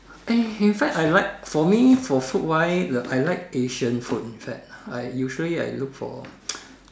eh in fact I like for me for food wise I like Asian food in fact usually I look for